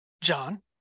John